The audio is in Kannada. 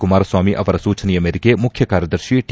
ಕುಮಾರಸ್ವಾಮಿ ಅವರ ಸೂಚನೆಯ ಮೇರೆಗೆ ಮುಖ್ಯ ಕಾರ್ಯದರ್ಶಿ ಟಿ